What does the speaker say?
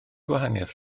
gwahaniaeth